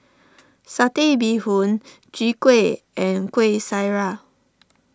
Satay Bee Hoon Chwee Kueh and Kueh Syara